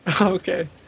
Okay